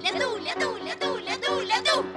ledų ledų ledų ledų